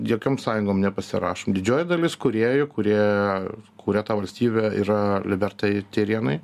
jokiom sąjungom nepasirašom didžioji dalis kūrėjų kurie kuria tą valstybę yra libertai tyrėnai